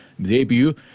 debut